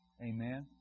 Amen